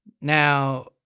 Now